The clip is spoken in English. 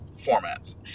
formats